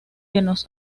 nos